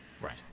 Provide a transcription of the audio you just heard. Right